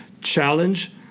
challenge